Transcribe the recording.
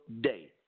day